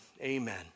amen